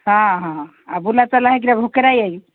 ହଁ ହଁ ଆଉ ବୁଲା ଚଲା ହୋଇକିରି ଭୋକରେ ଆସିବା କି